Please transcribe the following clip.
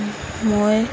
মই